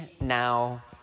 now